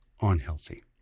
unhealthy